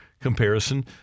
comparison